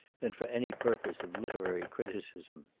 than for any purpose of literary criticism.